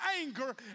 anger